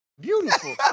Beautiful